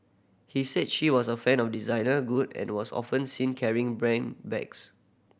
he said she was a fan of designer good and was often seen carrying branded bags